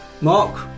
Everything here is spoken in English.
Mark